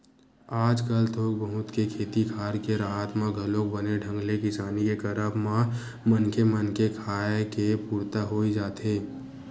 आजकल थोक बहुत के खेती खार के राहत म घलोक बने ढंग ले किसानी के करब म मनखे मन के खाय के पुरता होई जाथे